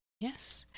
Yes